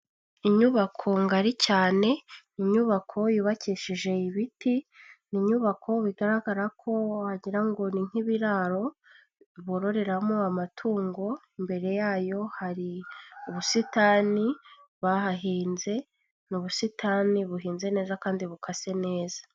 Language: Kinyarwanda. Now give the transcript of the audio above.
Inyubako ngari cyane inyubako yubakishije ibiti, ni inyubako bigaragara ko wagira ngo ni nk'ibiraro bororeramo amatungo, imbere yayo hari ubusitani bahahinze, ni ubusitani buhinze neza kandi bukase neza.